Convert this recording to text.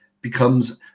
becomes